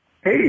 Hey